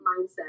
mindset